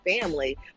family